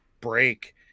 break